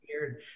weird